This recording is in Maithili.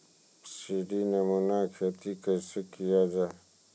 सीडीनुमा खेती कैसे किया जाय?